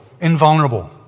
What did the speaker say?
invulnerable